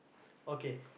okay